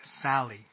Sally